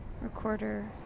recorder